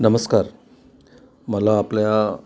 नमस्कार मला आपल्या